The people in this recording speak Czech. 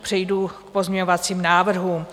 Přejdu k pozměňovacím návrhům.